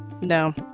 No